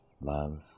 love